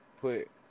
put